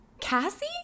cassie